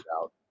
out